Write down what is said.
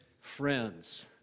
friends